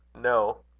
no,